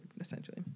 essentially